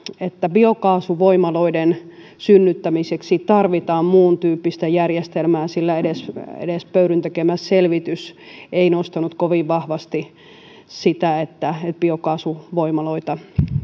että biokaasuvoimaloiden synnyttämiseksi tarvitaan muuntyyppistä järjestelmää sillä edes edes pöyryn tekemä selvitys ei nostanut kovin vahvasti sitä että biokaasuvoimaloita